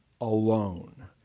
alone